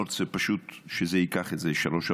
אני לא רוצה פשוט שזה ייקח איזה שלוש שעות,